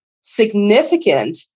significant